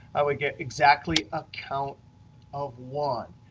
i would get exactly a count of one.